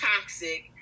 Toxic